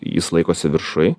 jis laikosi viršuj